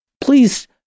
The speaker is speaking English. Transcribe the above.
Please